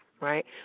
Right